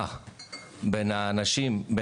התאמה בין האנשים.